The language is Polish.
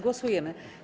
Głosujemy.